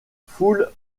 foule